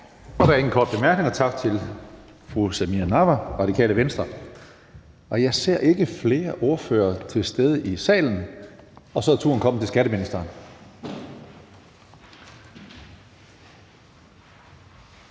Der er ingen korte bemærkninger, så tak til fru Samira Nawa, Radikale Venstre. Jeg ser ikke flere ordførere til stede i salen, og så er turen kommet til skatteministeren.